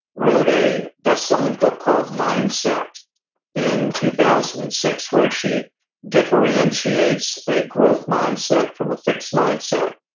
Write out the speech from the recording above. wrote a bestselling book called mindset in two thousand and six where she differentiates a growth mindset from a fixed mindset.